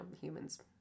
humans